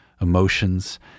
emotions